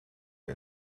are